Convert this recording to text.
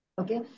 okay